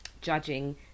judging